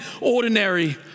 ordinary